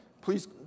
Please